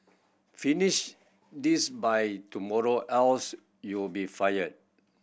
finish this by tomorrow else you'll be fired